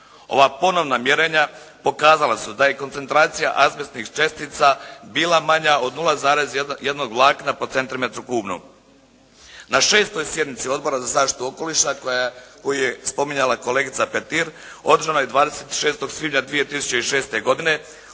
Ova ponovna mjerenja pokazala su da je koncentracija azbestnih čestica bila manja od 0,1 vlakna po centimetru kubnom. Na 6. sjednici Odbora za zaštitu okoliša koju je spominjala kolegica Petir održana je 26. svibnja 2006. godine